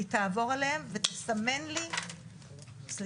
שהיא תעבור עליהם ותסתמן לי, סליחה,